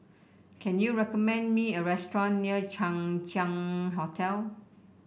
can you recommend me a restaurant near Chang Ziang Hotel